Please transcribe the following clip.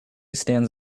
stands